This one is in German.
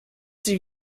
sie